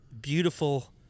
beautiful